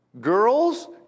Girls